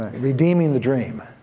redeeming the dream